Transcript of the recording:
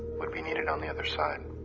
but be needed on the other side.